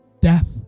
death